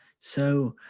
so